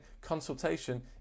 Consultation